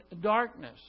darkness